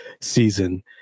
season